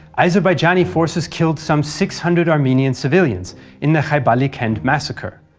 azerbaijani forces killed some six hundred armenian civilians in the khaibalikend massacre.